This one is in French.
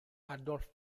adolf